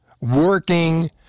working